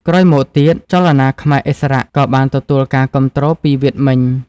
ក្រោយមកទៀត ចលនាខ្មែរឥស្សរៈក៏បានទទួលការគាំទ្រពីវៀតមិញ។